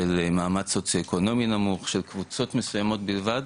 של מעמד סוציואקונומי נמוך של קבוצות מסוימות בלבד,